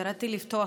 ירדתי לפתוח,